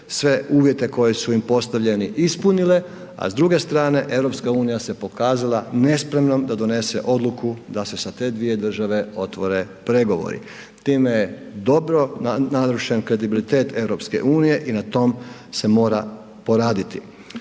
sve uvjete koji su im postavljeni ispunile, a s druge strane EU se pokazala nespremnom da donese odluku da se sa te dvije države otvore pregovori. Time je dobro narušen kredibilitet EU i na tom se mora poraditi.